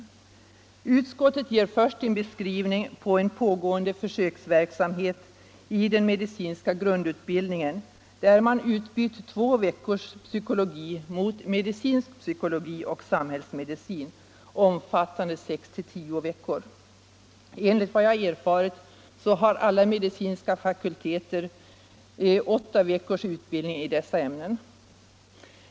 Först ger utskottet en beskrivning av en pågående försöksverksamhet inom den medicinska grundutbildningen, där man har utbytt två veckors psykologi mot medicinsk psykologi och samhällsmedicin, omfattande sex till tio veckors utbildningstid. Enligt vad jag erfarit har alla medicinska fakulteter åtta veckors utbildning i dessa ämnen.